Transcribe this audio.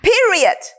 Period